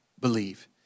believe